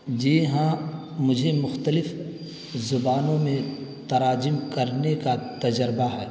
جی ہاں مجھے مختلف زبانوں میں تراجم کرنے کا تجربہ ہے